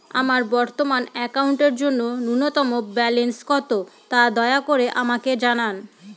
আমার বর্তমান অ্যাকাউন্টের জন্য ন্যূনতম ব্যালেন্স কত, তা দয়া করে আমাকে জানান